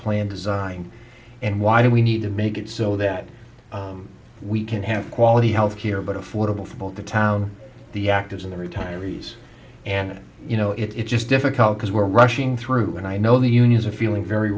plan design and why do we need to make it so that we can have quality health care but affordable for the town the actors in the retirees and you know it's just difficult because we're rushing through and i know the unions are feeling very